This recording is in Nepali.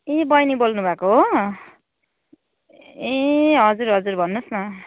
ए बहिनी बोल्नु भएको हो ए हजुर हजुर भन्नुहोस् न